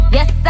Yes